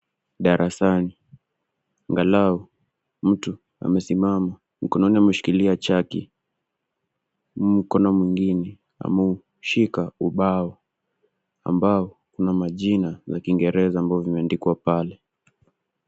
Darasani, angalau mtu amesimama mkononi ameshikilia chaki, huu mkono mwingine ameshika ubao, ambao kuna majina ya kiingereza ambao vimeandikwa pale.